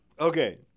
Okay